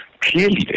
clearly